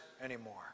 anymore